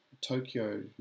Tokyo